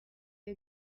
you